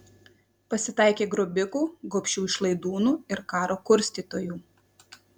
pasitaikė grobikų gobšių išlaidūnų ir karo kurstytojų